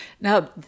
Now